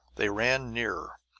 they ran nearer.